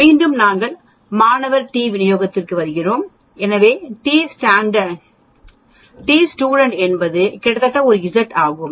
மீண்டும் நாங்கள் மாணவர் டி விநியோகத்திற்கு வருகிறோம் எனவே டி ஸ்டுடென்ட் என்பது கிட்டத்தட்ட ஒரு இசட் ஆகும்